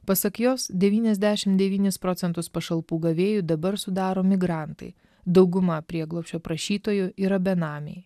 pasak jos devyniasdešim devynis procentus pašalpų gavėjų dabar sudaro migrantai dauguma prieglobsčio prašytojų yra benamiai